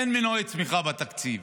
אין מנועי צמיחה בתקציב.